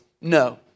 No